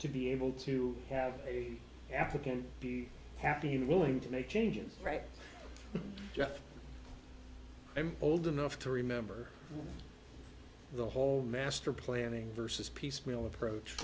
to be able to have a applicant be happy willing to make changes right i'm old enough to remember the whole master planning versus piecemeal approach